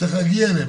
צריך להגיע אליהם,